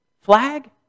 flag